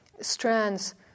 strands